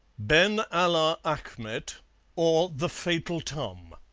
ben allah achmet or, the fatal tum